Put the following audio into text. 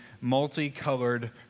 multicolored